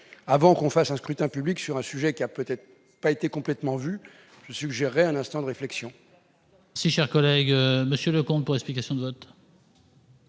à un vote par scrutin public sur un sujet qui n'a peut-être pas été complètement vu, je suggère de prendre un instant de réflexion.